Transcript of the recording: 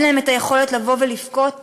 אין להם יכולת לבוא ולבכות,